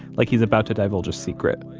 like he's about to divulge a secret.